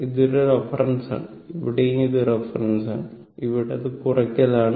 ഇതൊരു റഫറൻസാണ് ഇവിടെയും ഇത് റഫറൻസാണ് ഇവിടെ അത് കുറയ്ക്കലാണ്